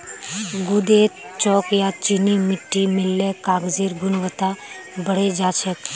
गूदेत चॉक या चीनी मिट्टी मिल ल कागजेर गुणवत्ता बढ़े जा छेक